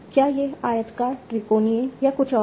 क्या यह आयताकार त्रिकोणीय या कुछ और है